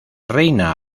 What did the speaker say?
reina